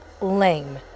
Lame